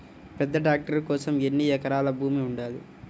పెద్ద ట్రాక్టర్ కోసం ఎన్ని ఎకరాల భూమి ఉండాలి?